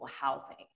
housing